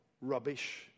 rubbish